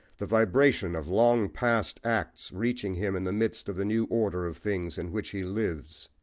the vibration of long-past acts reaching him in the midst of the new order of things in which he lives.